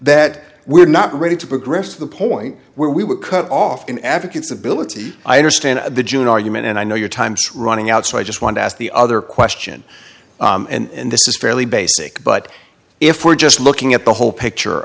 that we're not ready to progress to the point where we would cut off in advocates ability i understand the june argument and i know your time's running out so i just want to ask the other question and this is fairly basic but if we're just looking at the whole picture